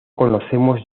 conocemos